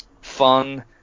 fun